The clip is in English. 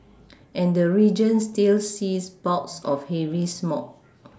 and the region still sees bouts of heavy smog